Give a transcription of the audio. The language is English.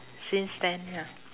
since then ya